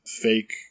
fake